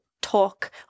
talk